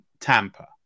Tampa